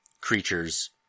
creatures